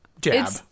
Jab